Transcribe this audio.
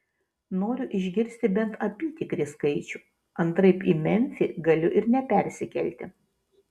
noriu išgirsti bent apytikrį skaičių antraip į memfį galiu ir nepersikelti